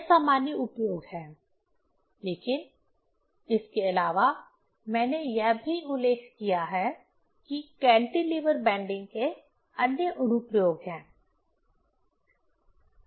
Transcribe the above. यह सामान्य उपयोग है लेकिन इसके अलावा मैंने यह भी उल्लेख किया है कि कैंटिलीवर बैंडिंग के अन्य अनुप्रयोग हैं